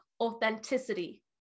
authenticity